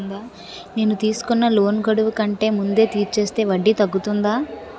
నేను తీసుకున్న లోన్ గడువు కంటే ముందే తీర్చేస్తే వడ్డీ తగ్గుతుందా?